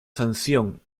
sanción